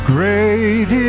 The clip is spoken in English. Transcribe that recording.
Great